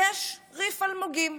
יש ריף אלמוגים.